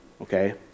okay